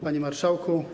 Panie Marszałku!